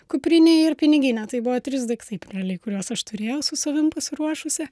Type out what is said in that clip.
kuprinėj ir piniginę tai buvo trys daiktai realiai kuriuos aš turėjau su savim pasiruošusi